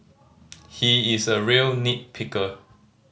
he is a real nit picker